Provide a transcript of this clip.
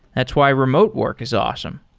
that's why remote work is awesome.